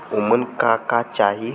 ओमन का का चाही?